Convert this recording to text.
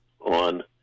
on